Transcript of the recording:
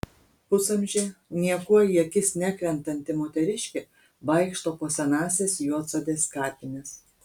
pusamžė niekuo į akis nekrentanti moteriškė vaikšto po senąsias juodsodės kapines